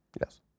Yes